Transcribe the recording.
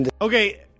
Okay